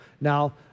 Now